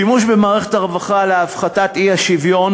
שימוש במערכת הרווחה להפחתת האי-שוויון